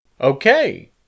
Okay